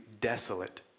desolate